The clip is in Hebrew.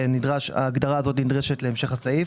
ההגדרה הזאת נדרשת להמשך הסעיף.